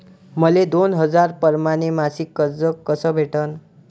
मले दोन हजार परमाने मासिक कर्ज कस भेटन?